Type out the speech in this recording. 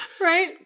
Right